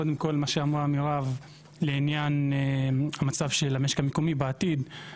קודם כל מה שאמרה מירב לעניין המצב של המשק המקומי בעתיד,